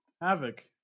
havoc